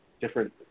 different